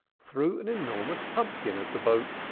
threw an enormous pumpkin at the boat,